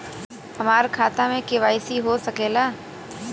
हमार खाता में के.वाइ.सी हो सकेला?